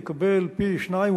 יקבל פי-שניים,